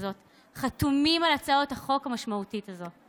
החתומים על הצעת חוק משמעותית זו.